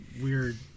weird